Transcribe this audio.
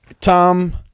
Tom